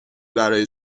برای